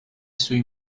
sui